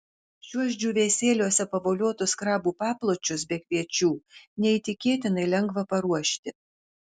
šiuos džiūvėsėliuose pavoliotus krabų papločius be kviečių neįtikėtinai lengva paruošti